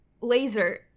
laser